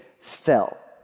fell